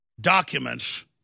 documents